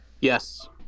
Yes